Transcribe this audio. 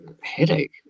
headache